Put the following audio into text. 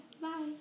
bye